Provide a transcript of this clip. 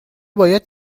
باید